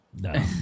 no